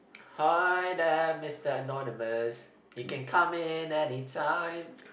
hi there Mister Anonymous you can come in any time